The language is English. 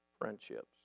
friendships